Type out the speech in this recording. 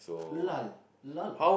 lull lull